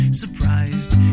surprised